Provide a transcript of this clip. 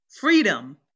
Freedom